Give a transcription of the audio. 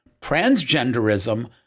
transgenderism